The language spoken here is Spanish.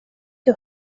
que